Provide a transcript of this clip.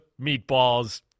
meatballs